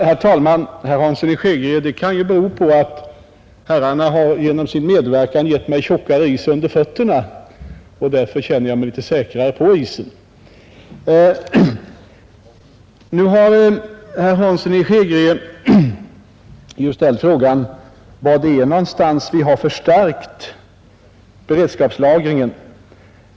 Herr talman! Det kan ju, herr Hansson i Skegrie, bero på att herrarna genom sin medverkan har gett mig tjockare is under fötterna, och att jag därför känner jag mig litet säkrare på isen. Nu har herr Hansson i Skegrie ställt frågan var det är någonstans som vi har förstärkt beredskapslagringen.